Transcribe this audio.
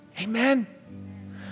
Amen